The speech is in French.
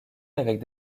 avec